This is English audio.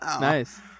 nice